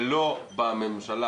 ולא בממשלה,